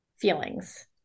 feelings